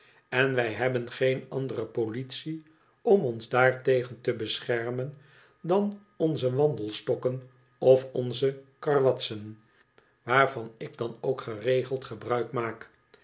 en wij hebben geen andere politie om ons daartegen'te beschermen dan onze wandelstokken of onze karwatsen waarvan ik dan ook geregeld gebruik maak